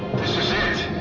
this is it!